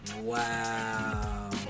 Wow